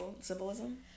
symbolism